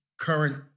current